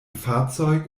fahrzeug